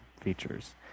features